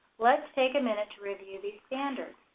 let's take a minute to review these standards.